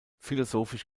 philosophisch